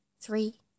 Three